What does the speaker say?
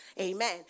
Amen